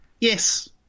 Yes